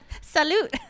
salute